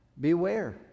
beware